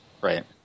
Right